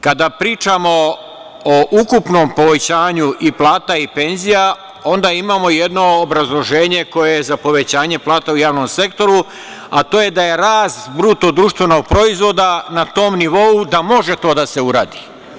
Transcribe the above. Kada pričamo o ukupnom povećanju i plata i penzija, onda imamo jedno obrazloženje koje za povećanje plata u javnom sektoru, a to je da je rast BDP na tom nivou da može to da se uradi.